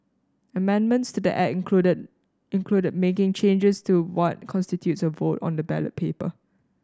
amendments to the Act included included making changes to what constitutes a vote on the ballot paper